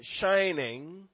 shining